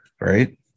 right